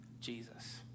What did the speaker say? Jesus